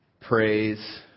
praise